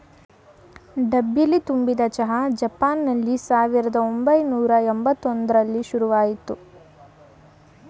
ಡಬ್ಬಿಲಿ ತುಂಬಿದ್ ಚಹಾ ಜಪಾನ್ನಲ್ಲಿ ಸಾವಿರ್ದ ಒಂಬೈನೂರ ಯಂಬತ್ ಒಂದ್ರಲ್ಲಿ ಶುರುಆಯ್ತು